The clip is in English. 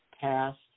past